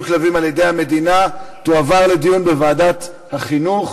כלבים על-ידי המדינה תועברנה לדיון בוועדת החינוך.